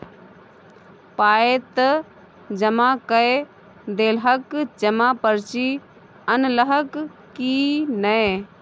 पाय त जमा कए देलहक जमा पर्ची अनलहक की नै